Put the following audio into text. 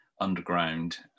underground